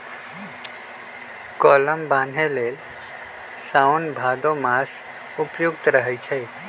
कलम बान्हे लेल साओन भादो मास उपयुक्त रहै छै